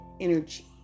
energy